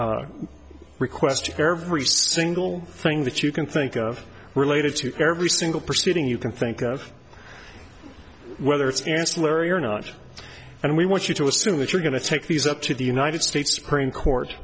request every single thing that you can think of related to every single proceeding you can think of whether it's ancillary or not and we want you to assume that you're going to take these up to the united states supr